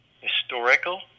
historical